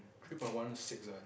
three point one six ah I think